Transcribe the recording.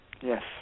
Yes